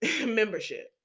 membership